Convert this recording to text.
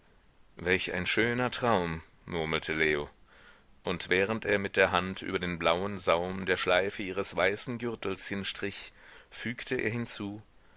welch ein schöner traum murmelte leo und während er mit der hand über den blauen saum der schleife ihres weißen gürtels hinstrich fügte er hinzu